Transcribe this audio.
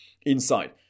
inside